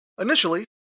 Initially